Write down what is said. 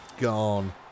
Gone